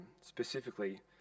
specifically